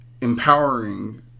empowering